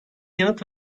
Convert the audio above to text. yanıt